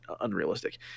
unrealistic